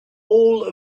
all